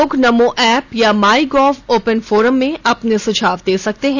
लोग नमो ऐप या MyGov open forum में अपने सुझाव दे सकते हैं